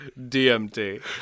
dmt